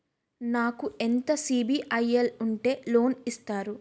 నాకు ఎంత సిబిఐఎల్ ఉంటే లోన్ ఇస్తారు?